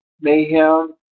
mayhem